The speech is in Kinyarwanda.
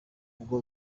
ubu